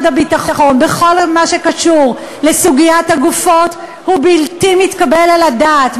הביטחון בכל מה שקשור לסוגיית הגופות הוא בלתי מתקבל על הדעת.